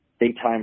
daytime